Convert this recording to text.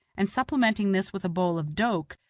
and supplementing this with a bowl of doke,